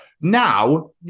Now